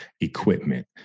equipment